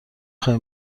خوای